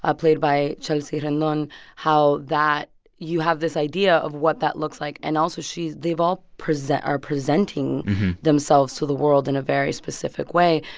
ah played by chelsea rendon, how that you have this idea of what that looks like. and also, she's they've all are presenting themselves to the world in a very specific way.